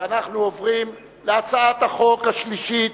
להצעת החוק השלישית,